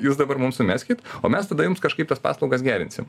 jūs dabar mum sumeskit o mes tada jums kažkaip tas paslaugas gerinsim